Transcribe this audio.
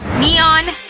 neon.